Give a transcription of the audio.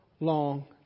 Long